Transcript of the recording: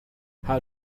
how